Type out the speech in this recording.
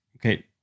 Okay